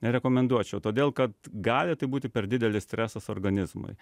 nerekomenduočiau todėl kad gali tai būti per didelis stresas organizmui